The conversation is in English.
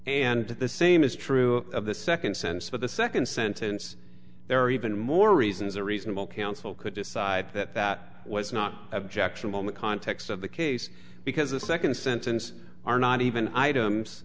and the same is true of the second sense but the second sentence there are even more reasons a reasonable counsel could decide that that was not objectionable me context of the case because the second sentence are not even items